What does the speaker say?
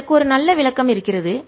அதற்கு ஒரு நல்ல விளக்கம் இருக்கிறது